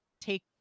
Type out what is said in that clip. take